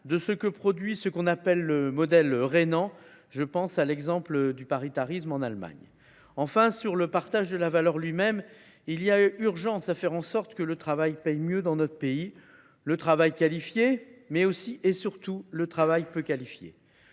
de ce que produit ce qu’il est convenu d’appeler le modèle rhénan ; je pense à l’exemple du paritarisme en Allemagne. Enfin, pour ce qui concerne le partage de la valeur lui même, il est urgent de faire en sorte que le travail paie mieux dans notre pays – le travail qualifié, mais aussi, et surtout, le travail peu qualifié.